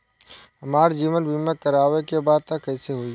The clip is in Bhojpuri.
हमार जीवन बीमा करवावे के बा त कैसे होई?